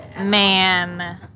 man